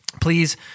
please